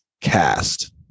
cast